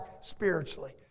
spiritually